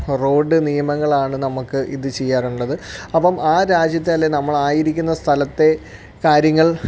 road നിയമങ്ങൾ ആണ് നമ്മൾക്ക് ഇത് ചെയ്യാനുള്ളത് അപ്പം ആ രാജ്യത്തെ അല്ലേ നമ്മളായിരിക്കുന്ന സ്ഥലത്തെ കാര്യങ്ങൾ